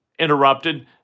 interrupted